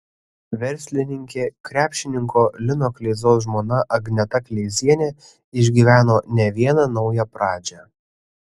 verslininkė krepšininko lino kleizos žmona agneta kleizienė išgyveno ne vieną naują pradžią